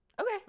Okay